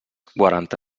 quaranta